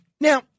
Now